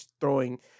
throwing